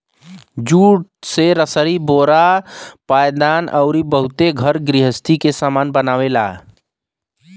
jute से रसरी बोरा पायदान अउरी बहुते घर गृहस्ती के सामान बनेला